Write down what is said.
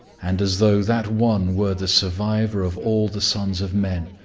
and as though that one were the survivor of all the sons of men,